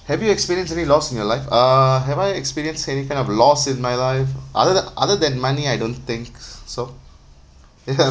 have you experienced any loss in your life uh have I experienced any kind of loss in my life other than other than money I don't think so ya